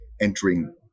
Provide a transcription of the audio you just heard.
entering